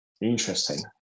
Interesting